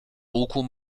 łuku